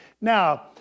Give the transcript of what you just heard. Now